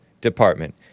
Department